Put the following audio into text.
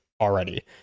already